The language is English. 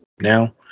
now